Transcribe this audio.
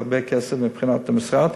זה הרבה כסף מבחינת המשרד,